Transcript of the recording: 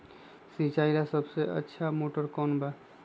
सिंचाई ला सबसे अच्छा मोटर कौन बा?